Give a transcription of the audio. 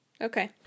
Okay